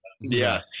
Yes